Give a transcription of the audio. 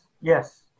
yes